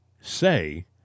say